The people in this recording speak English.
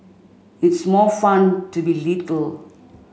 it's more fun to be little